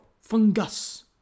fungus